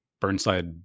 burnside